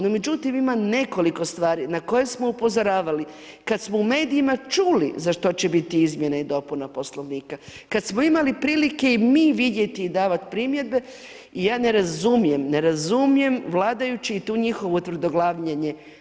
No međutim, ima nekoliko stvari na koje smo upozoravali kad smo u medijima čuli za što će biti izmjene i dopune Poslovnika, kad smo imali prilike i mi vidjeti i davati primjedbe i ja ne razumijem, ne razumijem vladajuće i to njihovo tvrdoglavljenje.